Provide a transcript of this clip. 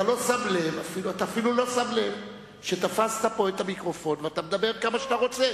אתה אפילו לא שם לב שתפסת את המיקרופון ואתה מדבר כמה שאתה רוצה.